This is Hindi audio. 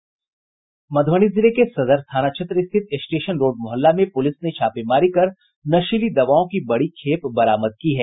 मधुबनी जिले के सदर थाना क्षेत्र स्थित स्टेशन रोड मोहल्ला में पुलिस ने छापेमारी कर नशीली दवाओं की बड़ी खेप बरामद की है